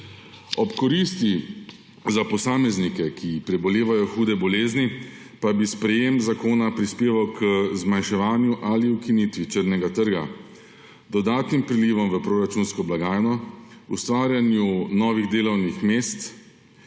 Ob koristi za posameznike, ki prebolevajo hude bolezni, pa bi sprejetje zakona prispevalo k: zmanjševanju ali ukinitvi črnega trga, dodatnim prilivom v proračunsko blagajno, ustvarjanju novih delovnih mest,